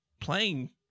Playing